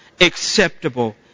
acceptable